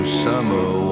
summer